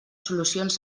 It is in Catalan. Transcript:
solucions